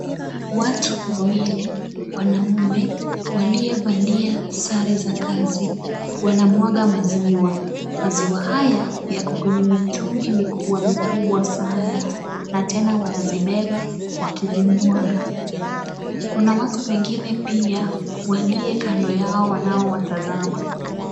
Watu wawili wanaume, walie valia sare za kazi, wanamwaga maziwa. Maziwa haya yako kwenye mitungi mikubwa mikubwa sana, na tena wanazibeba wakizimwaga. Kuna watu wengine pia, walie kando yao wanao watazama.